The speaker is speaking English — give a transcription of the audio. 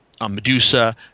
Medusa